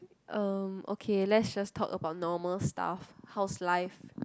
um okay let's just talk about normal stuff how's life